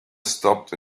stopped